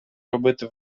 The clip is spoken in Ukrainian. робити